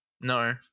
No